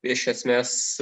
iš esmės